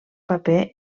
paper